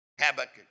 Habakkuk